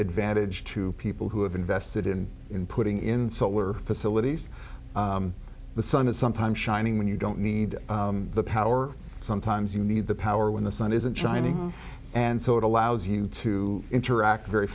advantage to people who have invested in in putting in solar facilities the sun is sometimes shining when you don't need the power sometimes you need the power when the sun isn't shining and so it allows you to interact very